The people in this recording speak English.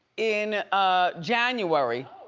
in ah january,